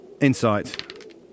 Insight